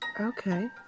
Okay